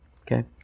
Okay